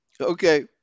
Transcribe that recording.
Okay